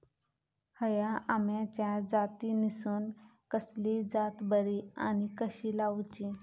हया आम्याच्या जातीनिसून कसली जात बरी आनी कशी लाऊची?